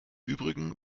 übrigen